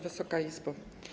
Wysoka Izbo!